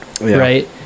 right